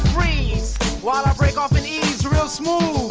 freeze while i break off at ease. real smooth,